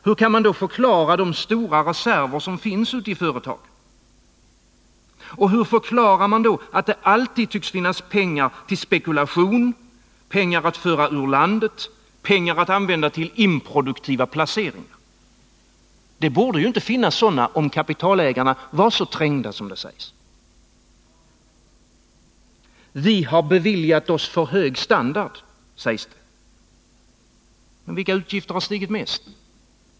Hur kan man då förklara de stora reserver som finns i företagen? Hur förklarar man att det alltid tycks finnas pengar till spekulation, pengar att föra ur landet, pengar att använda tillimproduktiva placeringar? Det borde inte finnas sådana, om kapitalägarna var så trängda som det sägs. Vi har beviljat oss för hög standard, sägs det. Men vilka utgifter har stigit mest?